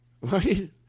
Right